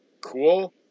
cool